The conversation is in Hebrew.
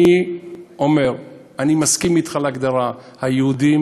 אני אומר שאני מסכים אתך להגדרה: היהודים